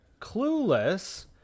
clueless